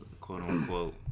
quote-unquote